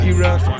Iraq